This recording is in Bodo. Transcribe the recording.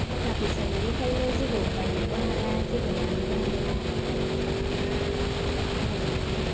थाखा फैसा गैयिखायनो जेबो बायनोबो हाला जेबो मानोबो हाला मा खालायनोथाय